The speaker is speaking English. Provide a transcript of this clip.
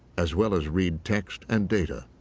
as well as read text and data.